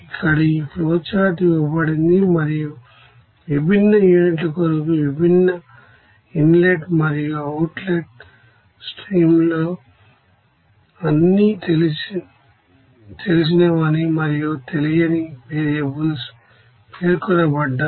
ఇక్కడ ఈ ఫ్లోఛార్టు ఇవ్వబడింది మరియు విభిన్న యూనిట్ ల కొరకు విభిన్న ఇన్ లెట్ మరియు అవుట్ లెట్ స్ట్రీమ్ ల్లో అన్ని తెలిసినవి మరియు తెలియని వేరియబుల్స్ పేర్కొనబడ్డాయి